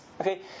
okay